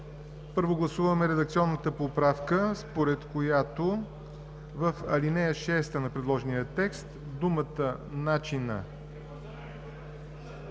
Първо гласуваме редакционната поправка, според която в ал. 6 на предложения текст, думата „начина“